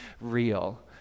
real